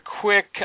quick